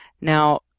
Now